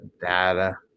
data